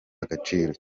agaciro